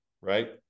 right